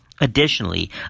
Additionally